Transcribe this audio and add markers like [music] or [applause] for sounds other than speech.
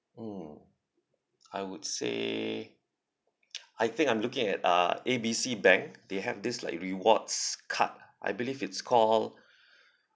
mm I would say [noise] I think I'm looking at uh A B C bank they have this like rewards card I believe it's call